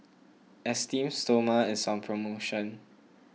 Esteem Stoma is on promotion